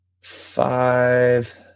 five